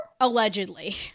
allegedly